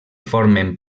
formen